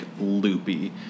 loopy